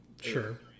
Sure